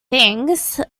things